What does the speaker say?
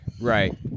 Right